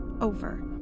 over